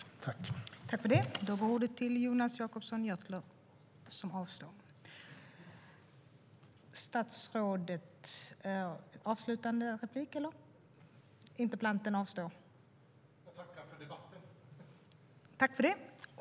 Jag tackar för debatten.